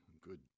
Good